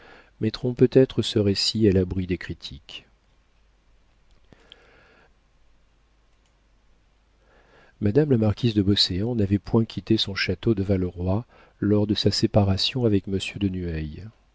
mettront peut-être ce récit à l'abri de critiques madame la marquise de beauséant n'avait point quitté son château de valleroy lors de sa séparation avec monsieur de